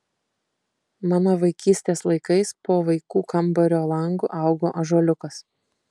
mano vaikystės laikais po vaikų kambario langu augo ąžuoliukas